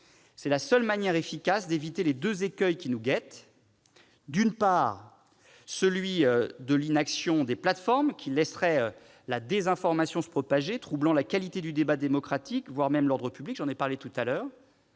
C'est la seule manière efficace d'éviter les deux écueils qui nous guettent : d'une part, celui de l'inaction des plateformes, qui laisserait la désinformation se propager, troublant la qualité du débat démocratique, voire l'ordre public, et, d'autre